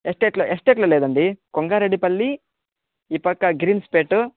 ఎస్టేట్లో ఎస్టేట్లో లేదండి కొంగారెడ్డి పల్లి ఈ పక్క గ్రిమ్స్పేట్